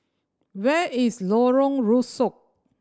where is Lorong Rusuk